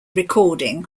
recording